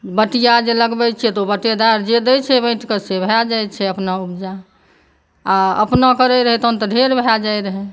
बटैया जे लगबै छी तऽ ओ बटेदार जे दै छै बाँटिकऽ से भय जाइ छै अपना उपजा आ अपना करै रहियै तहन तऽ ढ़ेर भऽ जाइ रहै